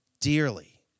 dearly